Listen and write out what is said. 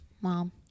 Mom